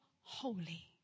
holy